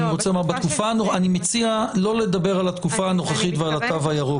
אני מציע לא לדבר על התקופה הנוכחית ועל התו הירוק.